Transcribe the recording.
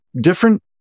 different